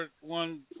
one